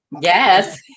Yes